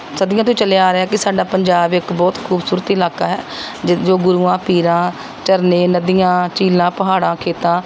ਸਦੀਆਂ ਤੋਂ ਹੀ ਚੱਲਿਆ ਆ ਰਿਹਾ ਕਿ ਸਾਡਾ ਪੰਜਾਬ ਇੱਕ ਬਹੁਤ ਖੂਬਸੂਰਤ ਇਲਾਕਾ ਹੈ ਜ ਜੋ ਗੁਰੂਆਂ ਪੀਰਾਂ ਝਰਨੇ ਨਦੀਆਂ ਝੀਲਾਂ ਪਹਾੜਾਂ ਖੇਤਾਂ